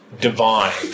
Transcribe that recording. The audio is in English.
divine